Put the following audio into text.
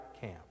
camp